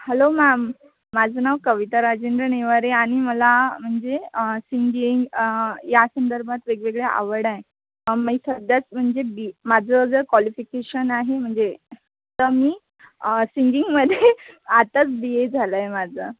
hello ma'am माझं नाव कविता राजेंद्र नेवारे आणि मला म्हणजे सिंगिंग या संदर्भात वेगवेगळे आवड आहे मी सध्याच म्हणजे बी माझं ज कॉलिफिकेशन आहे म्हणजे तर मी सिंगिंगमध्ये आत्ताच बी ए झालं आहे माझं